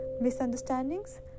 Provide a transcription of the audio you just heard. misunderstandings